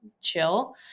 chill